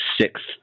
sixth